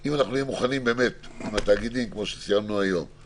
אם נהיה מוכנים עם התאגידים ועם היחידים,